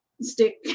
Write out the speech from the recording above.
stick